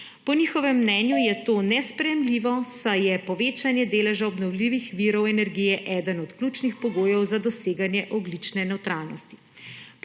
Po njihovem mnenju je to nesprejemljivo, saj je povečanje deleža obnovljivih virov energije eden od ključnih pogojev za doseganje ogljične nevtralnosti.